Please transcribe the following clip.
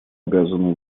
обязаны